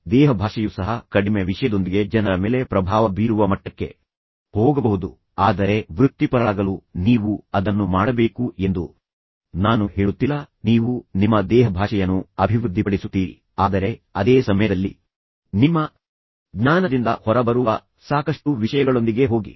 ಆದ್ದರಿಂದ ದೇಹಭಾಷೆಯೂ ಸಹ ಕಡಿಮೆ ವಿಷಯದೊಂದಿಗೆ ಜನರ ಮೇಲೆ ಪ್ರಭಾವ ಬೀರುವ ಮಟ್ಟಕ್ಕೆ ಹೋಗಬಹುದು ಆದರೆ ವೃತ್ತಿಪರರಾಗಲು ನೀವು ಅದನ್ನು ಮಾಡಬೇಕು ಎಂದು ನಾನು ಹೇಳುತ್ತಿಲ್ಲ ನೀವು ನಿಮ್ಮ ದೇಹಭಾಷೆಯನ್ನು ಅಭಿವೃದ್ಧಿಪಡಿಸುತ್ತೀರಿ ಆದರೆ ಅದೇ ಸಮಯದಲ್ಲಿ ನಿಮ್ಮ ಜ್ಞಾನದಿಂದ ಹೊರಬರುವ ಸಾಕಷ್ಟು ವಿಷಯಗಳೊಂದಿಗೆ ಹೋಗಿ